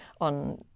on